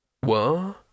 What